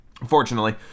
unfortunately